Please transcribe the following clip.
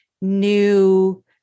new